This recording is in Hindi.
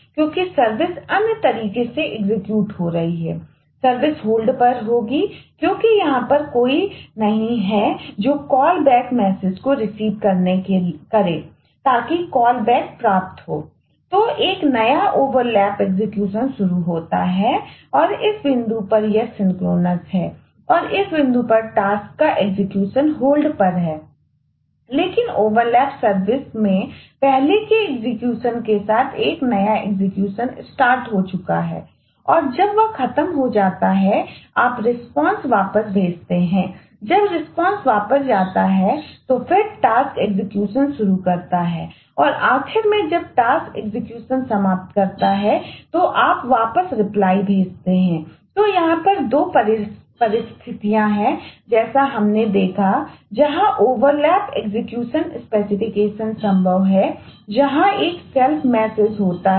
एक तरीके का फिनिश लूप हो चुका है और जब वह खत्म हो जाता है आप रिस्पांसहोता है